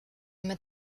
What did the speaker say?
mit